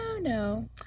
no